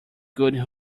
good